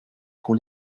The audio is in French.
pour